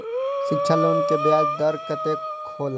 शिक्षा लोन के ब्याज दर कतेक हौला?